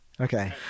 Okay